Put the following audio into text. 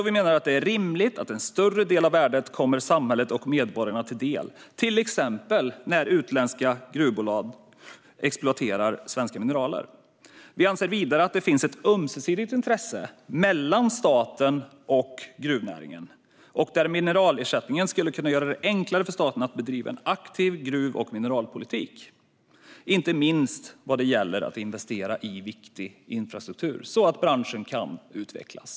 Vi menar att det är rimligt att en större del av värdet kommer samhället och medborgarna till del när till exempel utländska gruvbolag exploaterar svenska mineraler. Vi anser vidare att det finns ett ömsesidigt intresse mellan staten och gruvnäringen och att mineralersättning skulle kunna göra det enklare för staten att bedriva en aktiv gruv och mineralpolitik, inte minst vad gäller att investera i viktig infrastruktur så att branschen kan utvecklas.